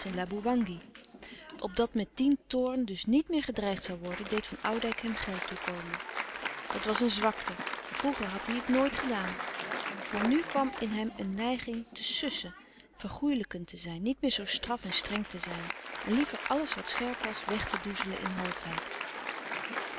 opdat met dien toorn dus niet meer gedreigd zoû worden deed van oudijck hem geld toekomen dat was een zwakte vroeger had hij het nooit gedaan maar nu kwam in hem een neiging te sussen vergoêlijkend te zijn niet meer zoo straf en streng te zijn en liever alles wat scherp was weg te doezelen in